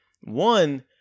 one